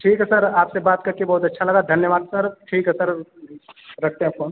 ठीक है सर आपसे बात करके बहुत अच्छा लगा धन्यवाद सर ठीक है सर अभी रखते हैं फोन